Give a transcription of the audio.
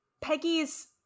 Peggy's